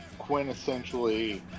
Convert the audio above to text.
quintessentially